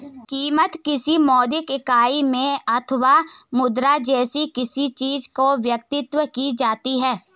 कीमत, किसी मौद्रिक इकाई में अथवा मुद्रा जैसी किसी चीज में व्यक्त की जाती है